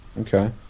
Okay